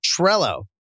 Trello